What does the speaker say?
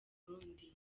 rundi